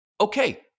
Okay